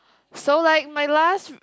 so like my last